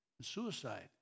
Suicide